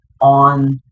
on